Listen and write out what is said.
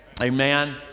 amen